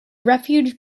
refuge